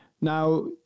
now